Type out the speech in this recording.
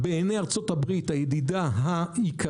בעיני ארצות הברית הידידה העיקרית.